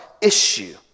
issue